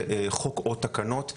כלומר חוק או תקנות.